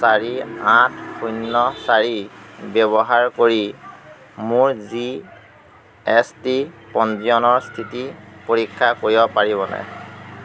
চাৰি আঠ শূন্য চাৰি ব্যৱহাৰ কৰি মোৰ জি এছ টি পঞ্জীয়নৰ স্থিতি পৰীক্ষা কৰিব পাৰিবনে